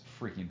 freaking